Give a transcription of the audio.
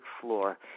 floor